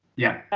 yeah.